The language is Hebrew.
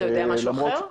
אתה יודע משהו אחר?